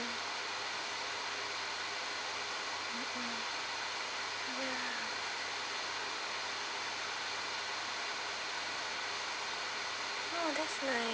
ya oh that's like